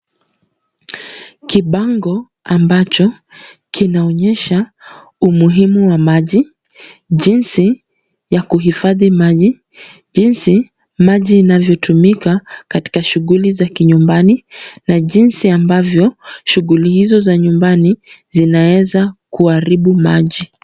Kibango ambacho kinaonyesha umuhimu wa maji, jinsi ya kuhifadhi maji, jinsi maji inavyotumika katika shughuli za kinyumbani, na jinsi ambavyo shughuli hizo za nyumbani, zinaweza kuharibu maji.